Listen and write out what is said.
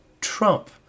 Trump